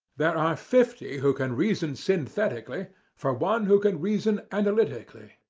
there are fifty who can reason synthetically for one who can reason analytically.